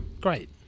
great